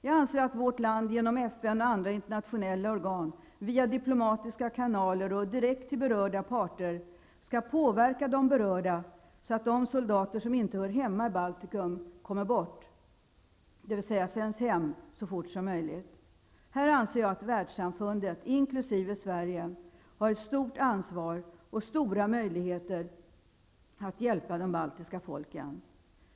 Jag anser att vårt land genom FN och andra internationella organ, via diplomatiska kanaler och direkt hos berörda parter skall utöva påverkan så att de soldater som inte hör hemma i Baltikum kommer bort, dvs. sänds hem, så fort som möjligt. Här anser jag att världssamfundet, inkl. Sverige, har ett stort ansvar och stora möjligheter att hjälpa de baltiska folken.